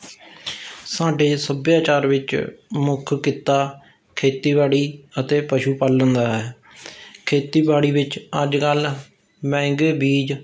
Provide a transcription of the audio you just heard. ਸਾਡੇ ਸੱਭਿਆਚਾਰ ਵਿੱਚ ਮੁੱਖ ਕਿੱਤਾ ਖੇਤੀਬਾੜੀ ਅਤੇ ਪਸ਼ੂ ਪਾਲਣ ਦਾ ਹੈ ਖੇਤੀਬਾੜੀ ਵਿੱਚ ਅੱਜ ਕੱਲ੍ਹ ਮਹਿੰਗੇ ਬੀਜ